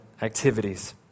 activities